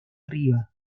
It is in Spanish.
arriba